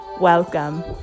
welcome